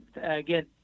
Again